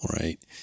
right